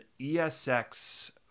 ESX